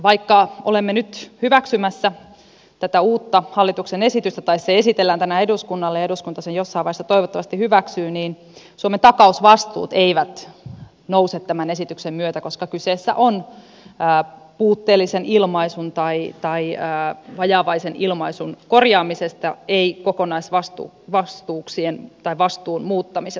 vaikka olemme nyt hyväksymässä tätä uutta hallituksen esitystä tai se esitellään tänään eduskunnalle ja eduskunta sen jossain vaiheessa toivottavasti hyväksyy niin suomen takausvastuut eivät nouse tämän esityksen myötä koska kyse on puutteellisen ilmaisun tai vajavaisen ilmaisun korjaamisesta ei kokonaisvastuun muuttamisesta